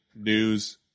news